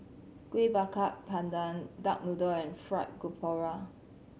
Kuih Bakar Pandan duck noodle and Fried Garoupa